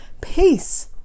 Peace